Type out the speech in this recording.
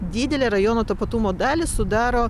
didelę rajono tapatumo dalį sudaro